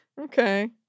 okay